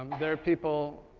they are people,